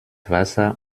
wasser